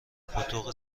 پاتوق